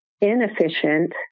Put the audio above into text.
inefficient